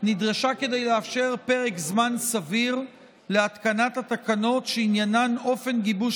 נדרשה כדי לאפשר פרק זמן סביר להתקנת התקנות שעניינן אופן גיבוש